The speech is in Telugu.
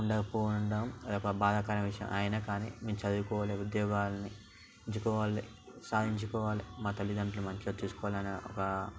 ఉండక పోవడం అదొక బాధాకరమైన విషయం అయినా కానీ మేము చదువుకోవాలి ఉద్యోగాలని ఉంచుకోవాలి సాధించుకోవాలి తల్లిదండ్రులు మంచిగా చూసుకోవాలి అని ఒక